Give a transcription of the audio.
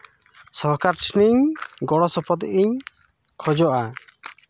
ᱥᱚᱨᱠᱟᱨ ᱴᱷᱮᱱᱤᱧ ᱜᱚᱲᱚᱥᱚᱯᱚᱦᱚᱫ ᱤᱧ ᱠᱷᱚᱡᱚᱜᱼᱟ